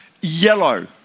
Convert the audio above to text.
yellow